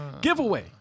giveaway